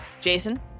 Jason